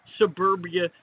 suburbia